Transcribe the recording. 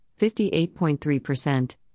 58.3%